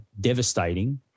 devastating